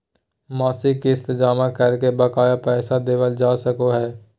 मासिक किस्त जमा करके बकाया पैसा देबल जा सको हय